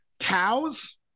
cows